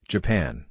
Japan